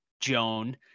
Joan